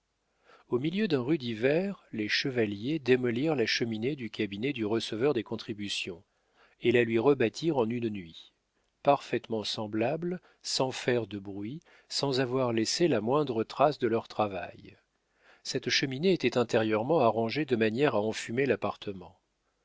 au milieu d'un rude hiver les chevaliers démolirent la cheminée du cabinet du receveur des contributions et la lui rebâtirent en une nuit parfaitement semblable sans faire de bruit sans avoir laissé la moindre trace de leur travail cette cheminée était intérieurement arrangée de manière à enfumer l'appartement